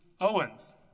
Owens